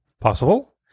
Possible